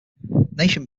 nation